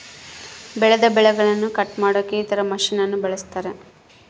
ಬೆಳೆದ ಬೆಳೆಗನ್ನ ಕಟ್ ಮಾಡಕ ಇತರ ಮಷಿನನ್ನು ಬಳಸ್ತಾರ